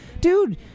dude